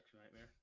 Nightmare